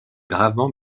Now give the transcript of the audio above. gravement